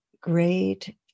great